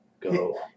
go